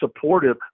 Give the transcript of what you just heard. supportive